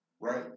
Right